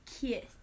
kiss